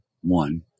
one